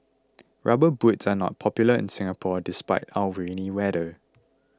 rubber boots are not popular in Singapore despite our rainy weather